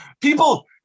people